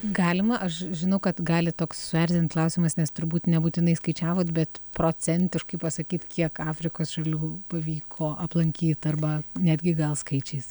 galima aš žinau kad gali toks suerzint klausimas nes turbūt nebūtinai skaičiavot bet procentiškai pasakyt kiek afrikos šalių pavyko aplankyt arba netgi gal skaičiais